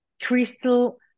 crystal